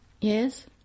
Yes